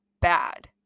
bad